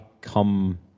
come